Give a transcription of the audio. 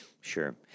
Sure